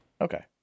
Okay